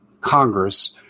Congress